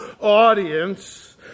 audience